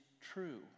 true